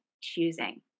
choosing